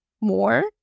more